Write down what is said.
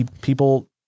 People